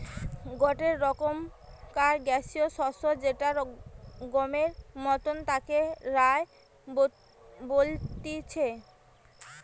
গটে রকমকার গ্যাসীয় শস্য যেটা গমের মতন তাকে রায় বলতিছে